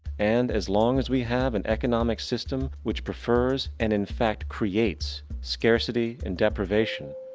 and, as long as we have an economic system, which preferes and infact creates scarcity and deprivation,